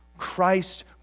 Christ